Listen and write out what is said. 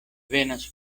venas